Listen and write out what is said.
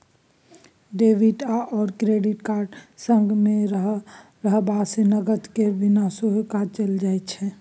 debit आओर credit card संगमे रहबासँ नगद केर बिना सेहो काज चलि जाएत